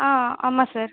ஆ ஆமாம் சார்